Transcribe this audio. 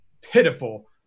pitiful